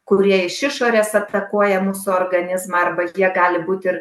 kurie iš išorės atakuoja mūsų organizmą arba jie gali būt ir